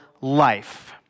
life